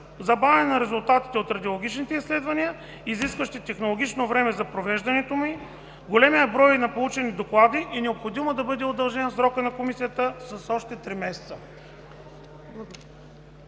забавяне на резултатите от радиологичните изследвания, изискващи технологично време за провеждането им, големия брой на получени доклади, е необходимо да бъде удължен срока на Комисията с още три месеца.